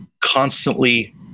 constantly